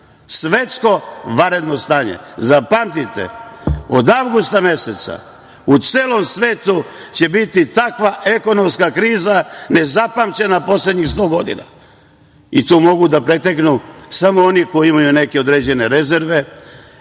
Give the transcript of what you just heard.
Svetsko vanredno stanje, zapamtite. Od avgusta meseca u celom svetu će biti takva ekonomska kriza nezapamćena poslednjih sto godina i tu mogu da preteknu samo oni koji imaju određene neke